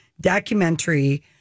documentary